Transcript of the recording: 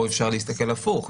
או שאפשר להסתכל הפוך,